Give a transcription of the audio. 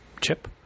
chip